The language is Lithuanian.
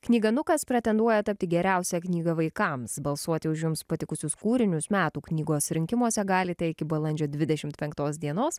knyga nukas pretenduoja tapti geriausia knyga vaikams balsuoti už jums patikusius kūrinius metų knygos rinkimuose galite iki balandžio dvidešimt penktos dienos